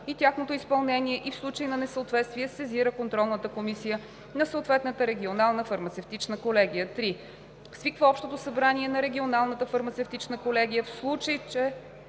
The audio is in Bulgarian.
и тяхното изпълнение и в случай на несъответствие сезира контролната комисия на съответната регионална фармацевтична колегия; 3. свиква общо събрание на регионалната фармацевтична колегия, в случай че